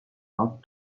not